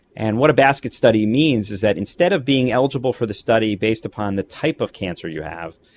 and what a basket study means is that instead of being eligible for the study based upon the type of cancer you have,